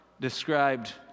described